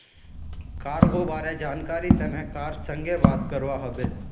cargo बारे जानकरीर तने कार संगे बात करवा हबे